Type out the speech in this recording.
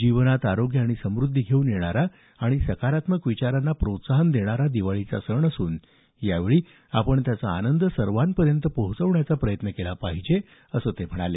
जीवनात आरोग्य आणि समुद्धी घेऊन येणारा आणि सकारात्मक विचारांना प्रोत्साहन देणारा असा दिवाळीचा सण असून यावेळी आपण त्याचा आनंद सर्वांपर्यंत पोहोचवण्याचा प्रयत्न केला पाहिजे असं त्यांनी सांगितलं